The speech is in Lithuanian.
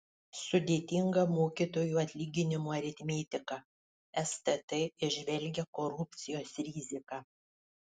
sudėtinga mokytojų atlyginimų aritmetika stt įžvelgia korupcijos riziką